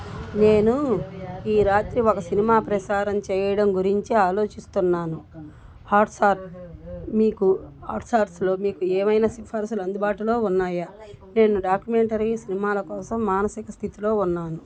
నేను ఈ రాత్రి ఒక సినిమా ప్రసారం చేయడం గురించి ఆలోచిస్తున్నాను హాట్సార్ మీకు హాట్సార్స్లో మీకు ఏమైనా సిఫార్సులు అందుబాటులో ఉన్నాయా నేను డాక్యుమెంటరీ సినిమాల కోసం మానసిక స్థితిలో ఉన్నాను